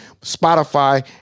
Spotify